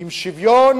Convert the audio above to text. עם שוויון,